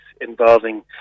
involving